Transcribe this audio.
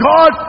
God